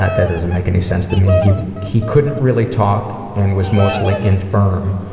that that doesn't make any sense to me. he he couldn't really talk and was mostly infirm.